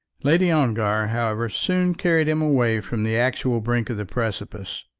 lady ongar, however, soon carried him away from the actual brink of the precipice.